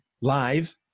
live